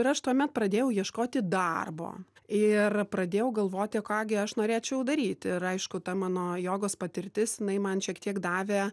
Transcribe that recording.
ir aš tuomet pradėjau ieškoti darbo ir pradėjau galvoti o ką gi aš norėčiau daryt ir aišku ta mano jogos patirtis jinai man šiek tiek davė